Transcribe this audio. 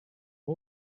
are